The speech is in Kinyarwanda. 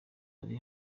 uri